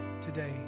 today